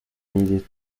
needed